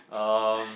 um